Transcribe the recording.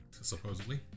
Supposedly